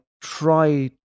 try